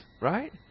right